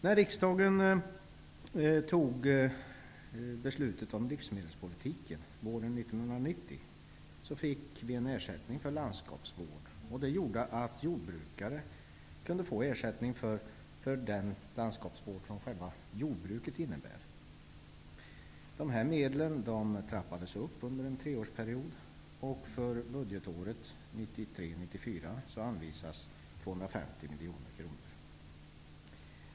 När riksdagen våren 1990 fattade beslut om livsmedelspolitiken infördes en ersättning för landskapsvård, vilket medförde att jordbrukare kunde få ersättning för den landskapsvård som själva jordbruket innebär. Dessa medel trappades upp under en treårsperiod. För budgetåret 1993/94 anvisas 250 miljoner kronor.